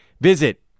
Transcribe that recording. Visit